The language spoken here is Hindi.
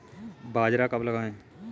बाजरा कब लगाएँ?